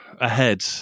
ahead